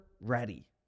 ready